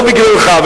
לא בגללך,